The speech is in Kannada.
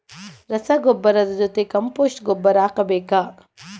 ರಸಗೊಬ್ಬರದ ಜೊತೆ ಕಾಂಪೋಸ್ಟ್ ಗೊಬ್ಬರ ಹಾಕಬೇಕಾ?